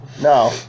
No